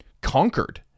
conquered